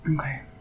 Okay